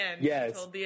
Yes